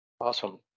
Awesome